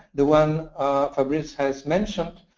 the one fabrice has mentioned.